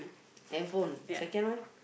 handphone second one